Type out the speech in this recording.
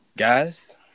Guys